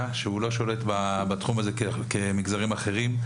שהוא לא שולט בתחום הזה כמגזרים אחרים,